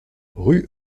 rue